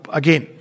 again